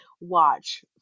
watch